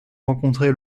rencontré